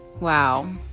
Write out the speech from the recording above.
wow